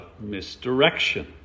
misdirection